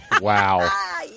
Wow